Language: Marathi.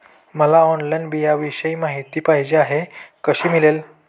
मला ऑनलाईन बिलाविषयी माहिती पाहिजे आहे, कशी मिळेल?